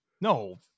No